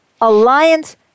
alliance